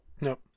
No